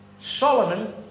Solomon